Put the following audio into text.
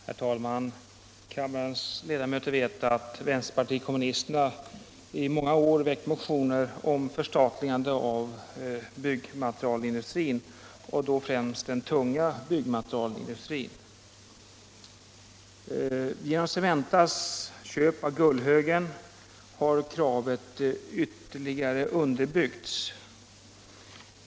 Herr talman! Kammarens ledamöter vet att vänsterpartiet kommunisterna i många år väckt motioner om förstatligande av byggmaterialindustrin och då främst den tunga byggmaterialindustrin. Genom Cementas köp av Gullhögen har kravet ytterligare underbyggts.